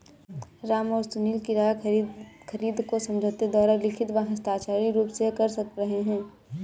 राम और सुनील किराया खरीद को समझौते द्वारा लिखित व हस्ताक्षरित रूप में कर रहे हैं